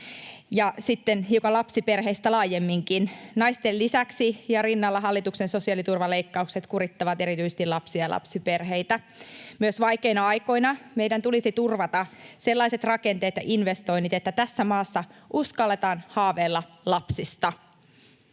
Sitten hiukan lapsiperheistä laajemminkin: Naisten lisäksi ja rinnalla hallituksen sosiaaliturvaleikkaukset kurittavat erityisesti lapsia ja lapsiperheitä. Myös vaikeina aikoina meidän tulisi turvata sellaiset rakenteet ja investoinnit, että tässä maassa uskalletaan haaveilla lapsista.